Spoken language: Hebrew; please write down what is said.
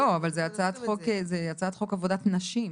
לא, אבל זה הצעת חוק "עבודת נשים".